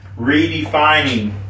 redefining